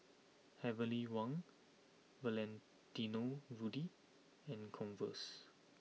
Heavenly Wang Valentino Rudy and Converse